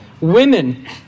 Women